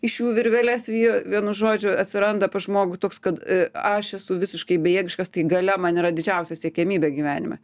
iš jų virveles vijo vienu žodžiu atsiranda pas žmogų toks kad aš esu visiškai bejėgiškas tai galia man yra didžiausia siekiamybė gyvenime